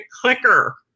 clicker